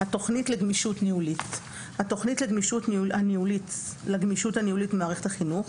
""התוכנית לגמישות ניהולית" התוכנית לגמישות הניהולית במערכת החינוך